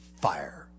fire